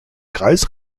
kreis